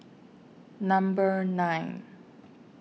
Number nine